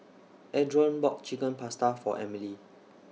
Adron bought Chicken Pasta For Emily